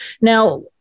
Now